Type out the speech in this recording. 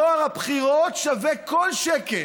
טוהר הבחירות שווה כל שקל,